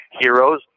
heroes